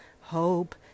hope